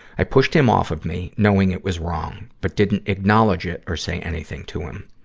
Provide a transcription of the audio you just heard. i pushed him off of me, knowing it was wrong, but didn't acknowledge it or say anything to him.